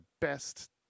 best